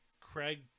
Craig